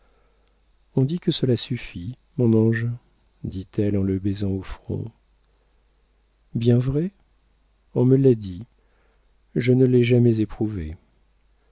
on dit que cela suffit mon ange dit-elle en le baisant au front bien vrai on me l'a dit je ne l'ai jamais éprouvé